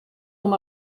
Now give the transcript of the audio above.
com